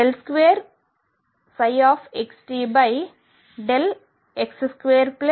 కాబట్టి 2xtx2Vxψxt